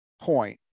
point